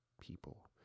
people